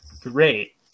great